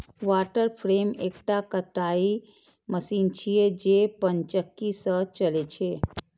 water frame एकटा कताइ machine छियै, जे पनचक्की सं चलै छै